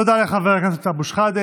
תודה לחבר הכנסת אבו שחאדה.